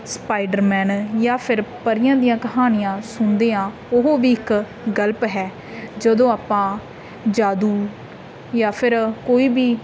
spider man ਜਾਂ ਫਿਰ ਪਰੀਆਂ ਦੀਆਂ ਕਹਾਣੀਆਂ ਸੁਣਦੇ ਹਾਂ ਉਹ ਵੀ ਇੱਕ ਗਲਪ ਹੈ ਜਦੋਂ ਆਪਾਂ ਜਾਦੂ ਜਾਂ ਫਿਰ ਕੋਈ ਵੀ